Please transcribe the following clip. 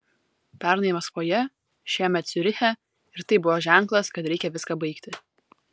pernai maskvoje šiemet ciuriche ir tai buvo ženklas kad reikia viską baigti